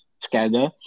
together